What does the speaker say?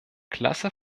klasse